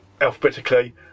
alphabetically